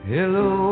Hello